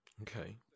Okay